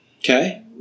Okay